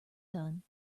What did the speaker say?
done